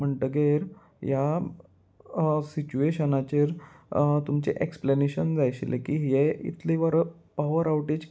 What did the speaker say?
म्हणटगीर ह्या सिट्युएशनाचेर तुमचें एक्सप्लेनेशन जाय आशिल्लें की हे इतले वर पावर आवटेज